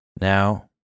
Now